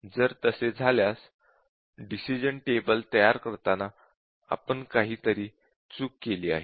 जर तसे झाले असल्यास डिसिश़न टेबल तयार करताना आपण काहीतरी चूक केली आहे